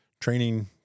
training